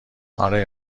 آره